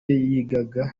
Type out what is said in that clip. yigaga